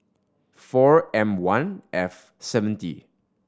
four M One F seventy